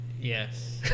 Yes